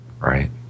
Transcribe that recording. right